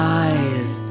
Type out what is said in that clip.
eyes